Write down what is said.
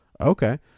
Okay